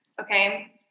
okay